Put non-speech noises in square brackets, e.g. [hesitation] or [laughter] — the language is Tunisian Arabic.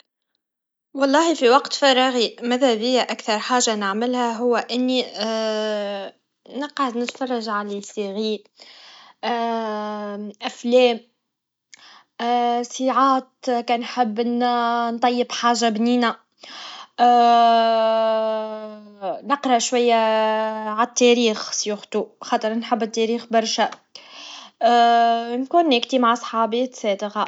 ةواللهي في وقت فراغي ماذا بيا أكتر حاجا نعملها هوا إني و [hesitation] نقعد نتفرع عالمسلسلات, و [hesitation] أفلام, سعات كن نحب نو [hesitation] نطيب حاجا بنينا, و [hesitation] نقرا شويا عالتاريخ بالأخص, نحب التاريخ برشا, و [hesitation] نتواصل مع صحابي.